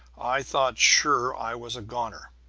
i thought sure i was a goner!